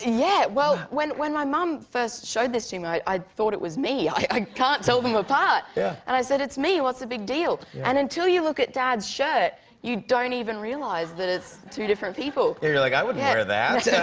and yeah, well, when when my mum first showed this to me, i thought it was me. i i can't tell them apart. yeah. and i said, it's me. what's the big deal? and until you look at dad's shirt, you don't even realize that it's two different people. you're yeah like, i wouldn't wear that.